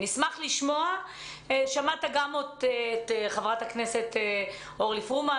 שמעת את חברת הכנסת אורלי פרומן,